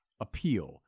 appeal